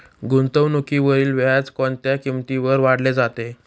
गुंतवणुकीवरील व्याज कोणत्या किमतीवर काढले जाते?